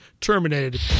terminated